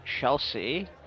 Chelsea